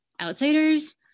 outsiders